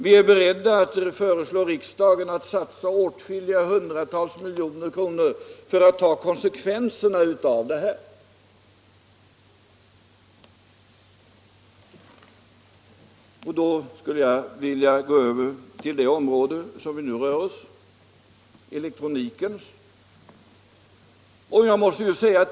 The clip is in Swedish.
Vi är beredda att föreslå riksdagen att satsa åtskilliga hundratal miljoner kronor för att kunna ta konsekvenserna av det här. Jag skulle sedan vilja gå över till det område vi nu rör oss på, elektronikens.